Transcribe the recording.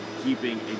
keeping